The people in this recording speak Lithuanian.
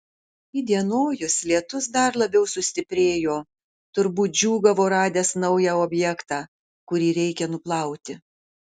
įdienojus lietus dar labiau sustiprėjo turbūt džiūgavo radęs naują objektą kurį reikia nuplauti